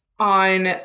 On